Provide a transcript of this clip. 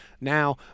now